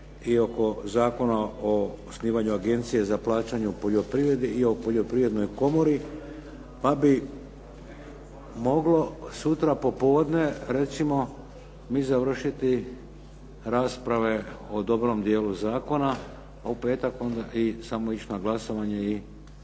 i oko Zakona o osnivanju agencije za plaćanje u poljoprivredi i o Poljoprivrednoj komori, pa bi moglo sutra popodne recimo mi završiti rasprave o dobrom dijelu zakona, a u petak onda samo ići na glasovanje i